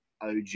OG